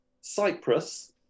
Cyprus